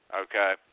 Okay